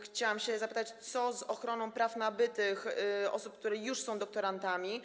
Chciałam zapytać, co z ochroną praw nabytych osób, które już są doktorantami.